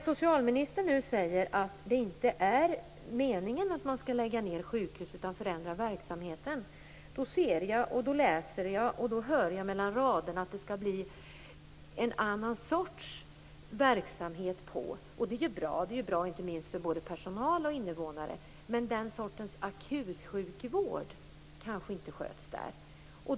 Socialministern säger nu att meningen inte är att sjukhus skall läggas ned, utan att verksamheten skall förändras. Då läser jag mellan raderna och hör mellan orden att det skall bli en annan sorts verksamhet. Det är bra, inte minst för både personalen och invånarna. Men den sortens akutsjukvård kanske inte sköts där.